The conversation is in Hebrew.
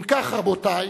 אם כך, רבותי,